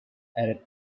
added